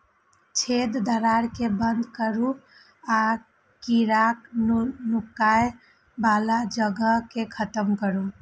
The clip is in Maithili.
छेद, दरार कें बंद करू आ कीड़ाक नुकाय बला जगह कें खत्म करू